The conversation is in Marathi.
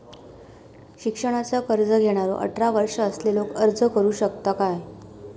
शिक्षणाचा कर्ज घेणारो अठरा वर्ष असलेलो अर्ज करू शकता काय?